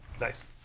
Nice